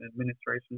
administration